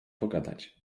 pogadać